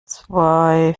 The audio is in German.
zwei